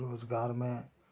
रोज़गार में